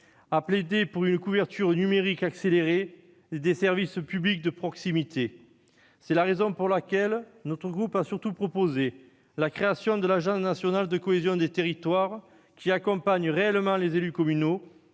et plaidé pour une couverture numérique accélérée et des services publics de proximité. C'est surtout la raison pour laquelle notre groupe a proposé la création de l'agence nationale de cohésion des territoires, qui accompagnerait réellement les élus communaux,